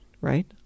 right